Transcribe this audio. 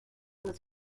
was